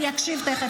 אני אקשיב תכף.